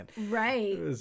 Right